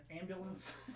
ambulance